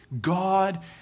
God